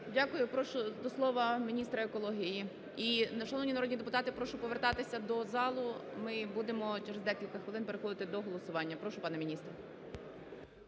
Дякую І прошу до слова міністра екології. І, шановні народні депутати, прошу повертатися до зали, ми будемо через декілька хвилин переходити до голосування. Прошу, пане міністре.